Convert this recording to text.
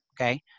Okay